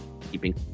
keeping